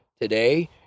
today